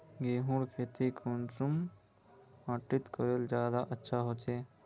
गेहूँर खेती कुंसम माटित करले से ज्यादा अच्छा हाचे?